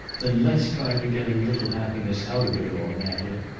then let's try to get a little happiness out of it all, natalie.